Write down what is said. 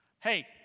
Hey